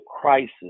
crisis